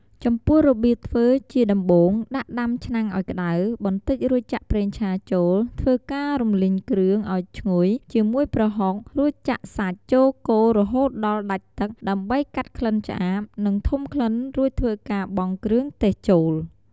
ចំពោះរបៀបធ្វើជាដំបូងដាក់ដាំឆ្នាំងឲ្យក្តៅបន្តិចរួចចាក់ប្រេងឆាចូលធ្វើការរុំលីងគ្រឿងឲ្យឈ្ងុយជាមួយប្រហុករួចចាក់សាច់ចូលកូររហូតដល់ដាច់ទឹកដើម្បីកាត់ក្លិនឆ្អាបនិងធុំក្លិនរួចធ្វើការបង់គ្រឿងទេសចូល។